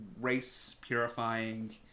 race-purifying